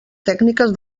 tècniques